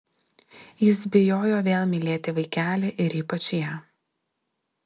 jis bijojo vėl mylėti vaikelį ir ypač ją